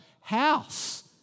house